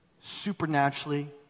supernaturally